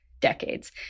decades